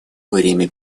время